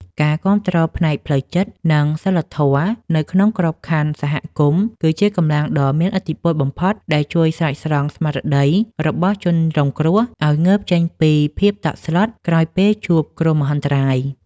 ការគាំទ្រផ្នែកផ្លូវចិត្ត និងសីលធម៌នៅក្នុងក្របខណ្ឌសហគមន៍ គឺជាកម្លាំងដ៏មានឥទ្ធិពលបំផុត ដែលជួយស្រោចស្រង់ស្មារតីរបស់ជនរងគ្រោះឱ្យងើបចេញពីភាពតក់ស្លុតក្រោយពេលជួបគ្រោះមហន្តរាយ។